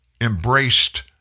embraced